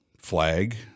flag